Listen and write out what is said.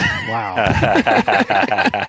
Wow